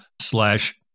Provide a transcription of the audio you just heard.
slash